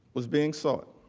was being sought.